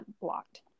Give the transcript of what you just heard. blocked